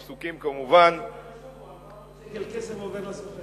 הפסוקים כמובן, ארבע מאות שקל כסף עובר לסוחר.